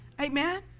Amen